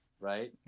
Right